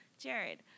Jared